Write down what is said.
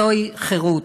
זוהי חירות,